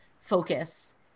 focus